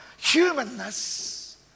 humanness